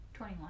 21